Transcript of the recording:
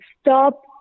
stop